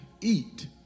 eat